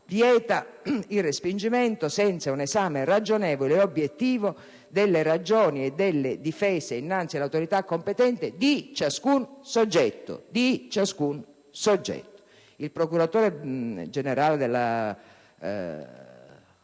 vieta il respingimento senza un esame ragionevole e obiettivo delle ragioni e delle difese innanzi all'autorità competente di ciascun soggetto. Lo sottolineo: di